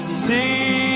see